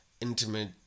intimate